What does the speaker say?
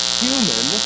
human